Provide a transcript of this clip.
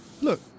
Look